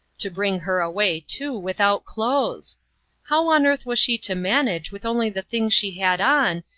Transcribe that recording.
to bring her away, too, without clothes how on earth was she to manage with only the things she had on,